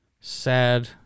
sad